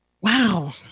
wow